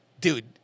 dude